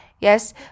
yes